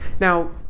Now